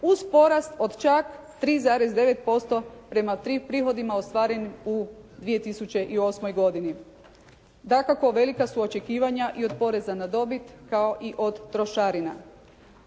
uz porast od čak 3,9%, prema prihodima ostvarenim u 2008. godini. Dakako velika su i očekivanja i od poreza na dobit kao i od trošarina.